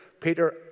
Peter